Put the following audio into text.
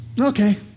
okay